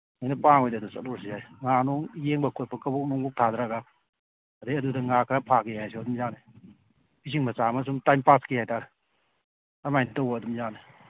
ꯅꯣꯏꯅ ꯄꯥꯝꯃꯗꯤ ꯑꯗꯨ ꯆꯠꯂꯨꯔꯁꯨ ꯌꯥꯏ ꯉꯥꯅꯨꯡ ꯂꯩꯕ ꯈꯣꯠꯄ ꯀꯕꯣꯛ ꯅꯨꯡꯕꯣꯛ ꯊꯥꯗꯔꯒ ꯑꯗꯒꯤ ꯑꯗꯨꯗ ꯉꯥ ꯈꯔ ꯐꯥꯒꯦ ꯍꯥꯏꯔꯁꯨ ꯑꯗꯨꯝ ꯌꯥꯅꯤ ꯏꯁꯤꯡ ꯃꯆꯥ ꯑꯃ ꯁꯨꯝ ꯇꯥꯏꯝ ꯄꯥꯁꯀꯤ ꯍꯥꯏ ꯇꯥꯔꯦ ꯑꯗꯨꯃꯥꯏꯅ ꯇꯧꯕ ꯑꯗꯨꯝ ꯌꯥꯅꯤ